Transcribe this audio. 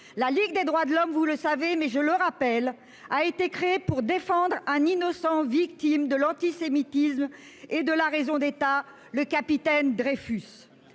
La Ligue des droits de l'homme- vous le savez, mais je le rappelle -a été créée pour défendre un innocent victime de l'antisémitisme et de la raison d'État, le capitaine Dreyfus.